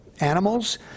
animals